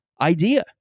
idea